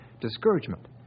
discouragement